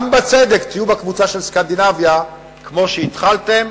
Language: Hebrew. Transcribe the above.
גם בצדק תהיו בקבוצה של סקנדינביה, כמו שהתחלתם